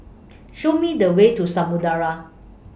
Show Me The Way to Samudera